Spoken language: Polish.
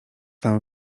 tam